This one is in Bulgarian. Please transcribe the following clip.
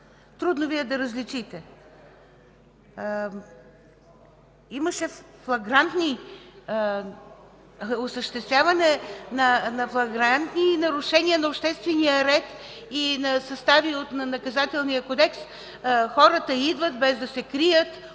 Трудно Ви е да различите? Имаше осъществяване на флагрантни нарушения на обществения ред и на състави от Наказателния кодекс. Хората идват, без да се крият,